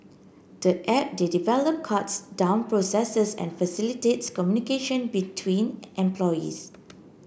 the app they develop cuts down processes and facilities communication between employees